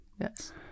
Yes